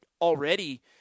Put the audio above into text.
already